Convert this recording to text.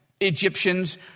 Egyptians